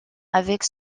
avec